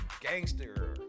gangster